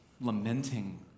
lamenting